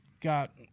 Got